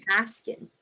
Haskin